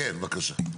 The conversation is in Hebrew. כן, בבקשה.